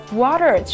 water